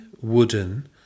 wooden